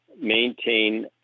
maintain